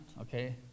okay